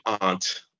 aunt